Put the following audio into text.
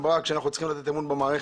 ברק ואומר שאנחנו צריכים לתת אמון במערכת.